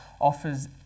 offers